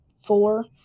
four